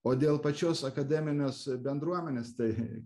o dėl pačios akademinės bendruomenės tai